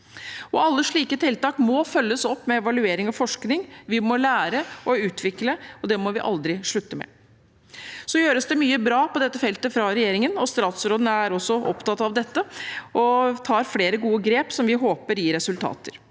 Alle slike tiltak må følges opp med evaluering og forskning. Vi må lære og utvikle, og det må vi aldri slutte med. Det gjøres mye bra på dette feltet av regjeringen, og statsråden er også opptatt av dette og tar flere gode grep som vi håper gir resultater.